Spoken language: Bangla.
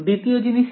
দ্বিতীয় জিনিস কি